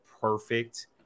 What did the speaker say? perfect